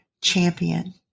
champion